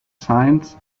signs